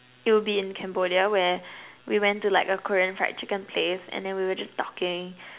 it would be in Cambodia where we went to a Korean fried chicken place and then we were just talking